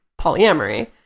polyamory